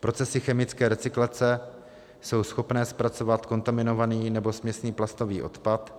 Procesy chemické recyklace jsou schopné zpracovávat kontaminovaný nebo směsný plastový odpad,